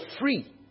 free